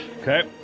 Okay